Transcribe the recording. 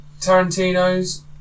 Tarantino's